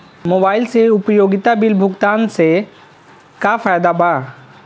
Mobile से उपयोगिता bill भुगतान से का फायदा बा?